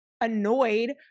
annoyed